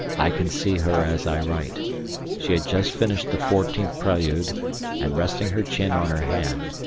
i can see her as i write she had just finished the fourteenth prelude and, resting her chin on her hand,